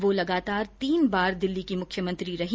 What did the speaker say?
वह लगातार तीन बार दिल्ली की मुख्यमंत्री रही